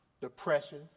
depression